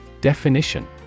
Definition